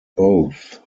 both